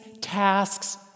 tasks